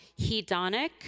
hedonic